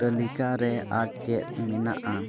ᱛᱟᱹᱞᱤᱠᱟ ᱨᱮ ᱟᱨ ᱪᱮᱫ ᱢᱮᱱᱟᱜᱼᱟ